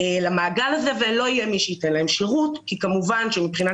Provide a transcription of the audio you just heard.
למעגל הזה ולא יהיה מי שייתן להם שירות כי כמובן שמבחינת